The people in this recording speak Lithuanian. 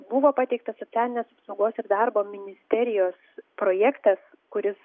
buvo pateiktas socialinės apsaugos ir darbo ministerijos projektas kuris